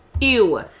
Ew